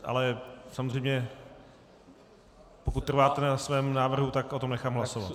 Ale samozřejmě, pokud trváte na svém návrhu, tak o tom nechám hlasovat.